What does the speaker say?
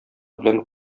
белән